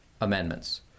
amendments